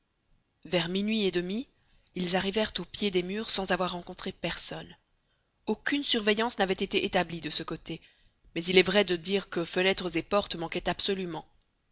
vers minuit et demi ils arrivèrent au pied des murs sans avoir rencontré personne aucune surveillance n'avait été établie de ce côté mais il est vrai de dire que fenêtres et portes manquaient absolument